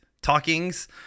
talkings